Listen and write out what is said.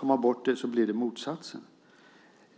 Om man tar bort det blir det motsatsen.